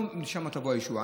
לא משם תבוא הישועה.